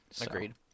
Agreed